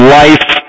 life